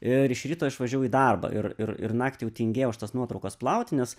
ir iš ryto išvažiavau į darbą ir ir ir naktį jau tingėjau aš tas nuotraukas plauti nes